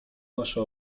nasza